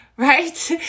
right